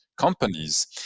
companies